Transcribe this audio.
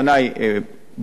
כשהיה שר הרווחה,